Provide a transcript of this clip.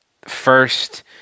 first